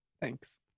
Thanks